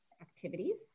activities